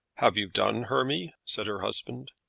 have you done, hermy? said her husband.